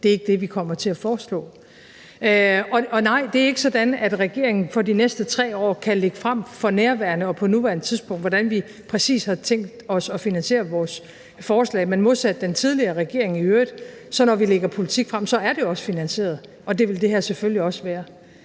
det er ikke det, vi kommer til at foreslå. Og nej, det er ikke sådan, at regeringen for de næste 3 år for nærværende og på nuværende tidspunkt kan lægge frem, hvordan vi præcis har tænkt os at finansiere vores forslag. Men modsat den tidligere regering i øvrigt er det også finansieret, når vi lægger politik frem, og det vil det her selvfølgelig også være.